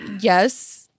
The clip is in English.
yes